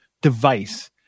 device